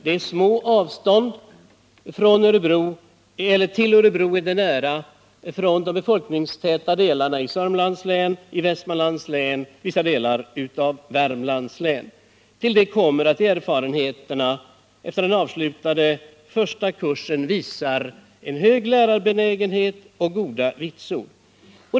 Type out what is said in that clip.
Det är nära till Örebro från befolkningstäta delar av Sörmlands, Västmanlands och Värmlands län. Till det kommer att man efter den avslutade första kursen kan visa på en hög lärarbenägenhet för eleverna och goda erfarenheter av kursen.